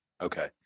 Okay